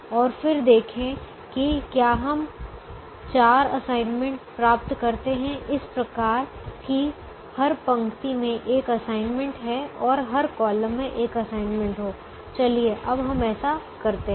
और फिर देखें कि क्या हम 4 असाइनमेंट प्राप्त करते हैं इस प्रकार कि हर पंक्ति में 1 असाइनमेंट है और हर कॉलम में 1 असाइनमेंट हो चलिए अब हम ऐसा करते हैं